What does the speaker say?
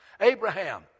Abraham